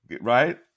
right